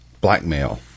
blackmail